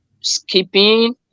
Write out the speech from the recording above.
skipping